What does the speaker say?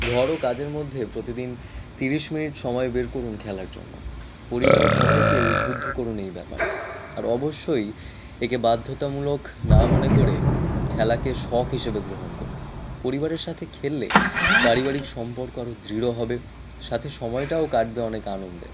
ঘর ও কাজের মধ্যে প্রতিদিন তিরিশ মিনিট সময় বের করুন খেলার জন্য পরিবারের সবাইকে উদ্বুদ্ধ করুন এই ব্যাপারে আর অবশ্যই একে বাধ্যতামূলক না মনে করে খেলাকে শখ হিসাবে গ্রহণ করুন পরিবারের সাথে খেললে পারিবারিক সম্পর্ক আর দৃঢ় হবে সাথে সময়টাও কাটবে অনেক আনন্দে